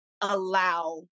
allow